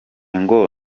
ngo